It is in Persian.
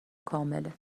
کامله